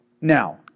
Now